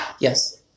Yes